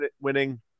winning